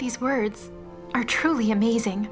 these words are truly amazing